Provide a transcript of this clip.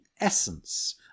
essence